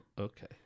Okay